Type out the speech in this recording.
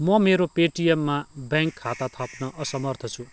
म मेरो पेटिएममा ब्याङ्क खाता थप्नु असमर्थ छु